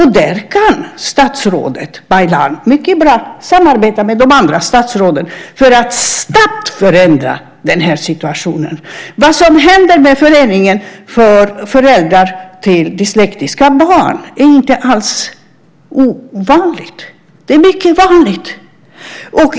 Här kan statsrådet Baylan mycket väl samarbeta med de andra statsråden för att snabbt förändra den här situationen. Vad som händer med Föräldraföreningen för Dyslektiska Barn är inte alls ovanligt. Det är mycket vanligt.